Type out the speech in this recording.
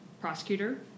prosecutor